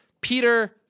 Peter